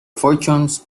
fortunes